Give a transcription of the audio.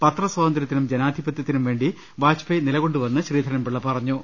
പത്രസ്വാതന്ത്ര്യത്തിനും ജനാധിപതൃത്തിനും വേണ്ടി വാജ്പേയ് നിലകൊണ്ടുവെന്ന് ശ്രീധരൻപിള്ള പറഞ്ഞു